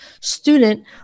student